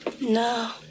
No